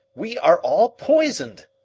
we are all poisoned.